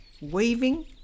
weaving